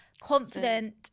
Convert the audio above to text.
confident